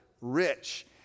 rich